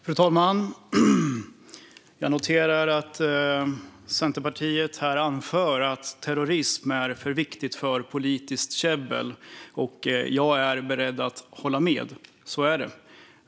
Fru talman! Jag noterar att Centerpartiet här säger att terrorism är för viktigt för politiskt käbbel. Jag är beredd att hålla med. Så är det.